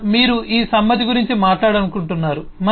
ఇంకా మీరు ఈ సమ్మతి గురించి మాట్లాడాలనుకుంటున్నారు